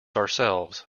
ourselves